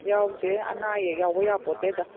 ꯌꯥꯎꯗꯦ ꯑꯅꯥ ꯑꯌꯦꯛ ꯌꯥꯎꯕ ꯌꯥꯄꯣꯠꯇꯦꯗ